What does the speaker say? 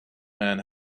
man